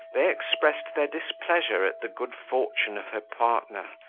they expressed their displeasure at the good fortune of her partner,